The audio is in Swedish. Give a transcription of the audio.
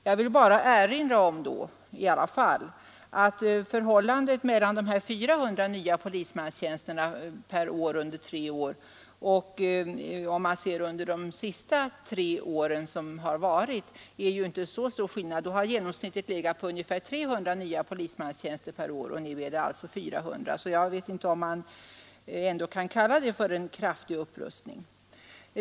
Jag vill då bara erinra om att ifall man jämför detta tillskott på 400 nya polismanstjänster per år under tre år med ökningen under de tre senaste åren, så finner man att det inte är så stor skillnad. Ökningen har under de tre senaste åren genomsnittligt legat på 300 nya polismanstjänster per år, och nu är det alltså fråga om 400. Jag vet inte om man kan kalla det för en kraftig upprustning.